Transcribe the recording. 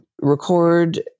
record